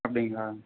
அப்படிங்களா